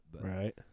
right